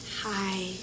Hi